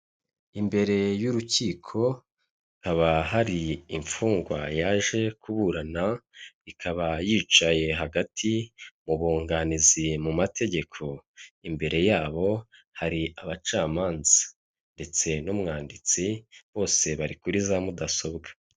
Imbere y’urukiko haba hari imfungwa yaje kuburana, ikaba yicaye hagati mu bunganizi mu mategeko. Imbere yabo hari abacamanza ndetse n’umwanditsi, bose bari kuri za mudasobwa.